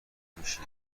میشی